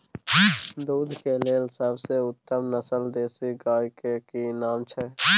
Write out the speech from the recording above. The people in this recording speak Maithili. दूध के लेल सबसे उत्तम नस्ल देसी गाय के की नाम छै?